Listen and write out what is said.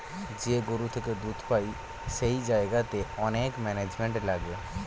যে গরু থেকে দুধ পাই সেই জায়গাতে অনেক ম্যানেজমেন্ট লাগে